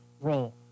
role